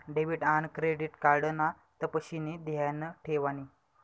debit आन credit card ना तपशिनी ध्यान ठेवानी